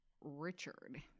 richard